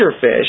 fish